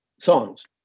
songs